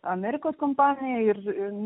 amerikos kompanija ir